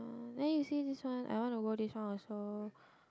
there you see this one I wanna go this one also